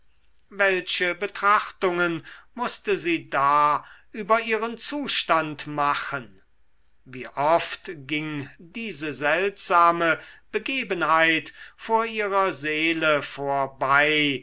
welche betrachtungen mußte sie da über ihren zustand machen wie oft ging diese seltsame begebenheit vor ihrer seele vorbei